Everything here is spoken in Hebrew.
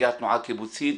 נציגי התנועה הקיבוצית.